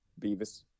beavis